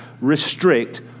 restrict